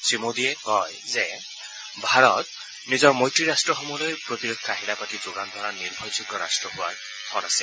শ্ৰীমোদীয়ে কয় যে ভাৰত নিজৰ মৈত্ৰী ৰাট্টসমূহলৈ প্ৰতিৰক্ষা আহিলা পাতি যোগান ধৰা নিৰ্ভৰযোগ্য ৰট্ট হোৱাৰ থল আছে